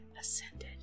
ascended